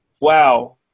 Wow